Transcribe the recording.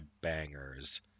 bangers